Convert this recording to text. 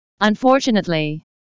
Unfortunately